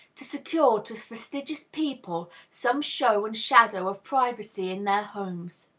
to secure to fastidious people some show and shadow of privacy in their homes.